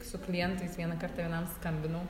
su klientais vieną kartą vienam skambinau